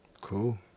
Cool